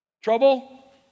Trouble